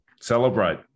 Celebrate